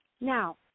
Now